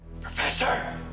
Professor